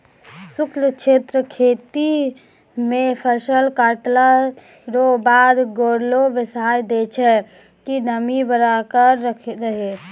शुष्क क्षेत्र रो खेती मे फसल काटला रो बाद गभोरी बिसाय दैय छै कि नमी बरकरार रहै